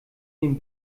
den